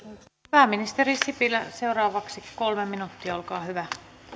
pääministeri sipilä seuraavaksi kolme minuuttia olkaa hyvä